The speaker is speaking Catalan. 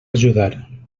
ajudar